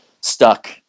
stuck